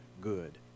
good